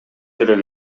керек